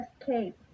escape